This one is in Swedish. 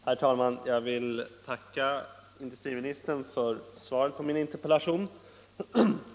Herr talman! Jag vill tacka industriministern för svaret på min interpellation.